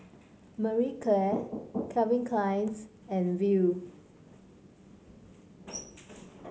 Marie Claire Calvin Klein's and Viu